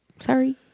Sorry